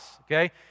okay